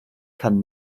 kann